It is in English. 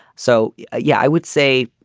so yeah i would say